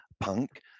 Punk